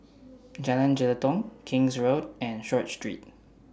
Jalan Jelutong King's Road and Short Street